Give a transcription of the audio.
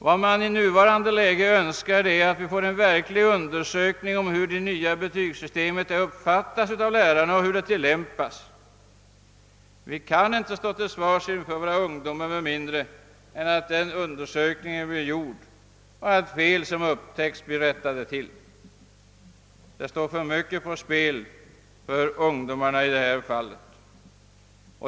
Vad man i nuvarande läge önskar är en verklig undersökning av hur det nya betygssystemet uppfattas av lärarna och hur det tillämpas. Vi kan inte stå till svars inför våra ungdomar med mindre än att denna undersökning blir genomförd och att fel som upptäcks blir rättade. Det står för mycket på spel för ungdomarna i detta fall.